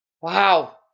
Wow